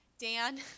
Dan